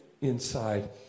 inside